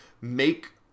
make